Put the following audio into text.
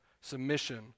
submission